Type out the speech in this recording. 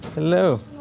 hello.